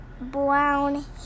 Brown